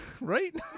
Right